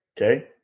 Okay